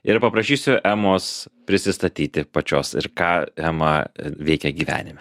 ir paprašysiu emos prisistatyti pačios ir ką ema veikia gyvenime